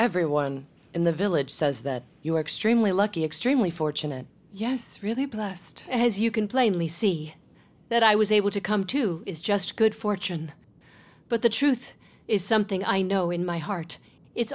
everyone in the village says that you are extremely lucky extremely fortunate yes really blessed as you can plainly see that i was able to come to is just good fortune but the truth is something i know in my heart it's